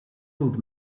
old